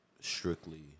strictly